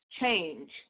change